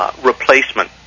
replacement